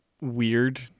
weird